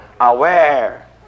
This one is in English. aware